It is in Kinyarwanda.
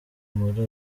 muri